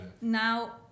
now